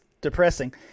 depressing